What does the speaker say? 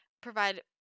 provide –